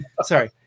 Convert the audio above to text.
Sorry